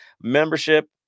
membership